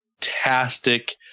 fantastic